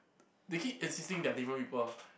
they keep insisting that they are different people